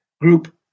Group